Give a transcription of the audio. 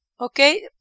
Okay